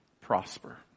prosper